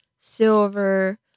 silver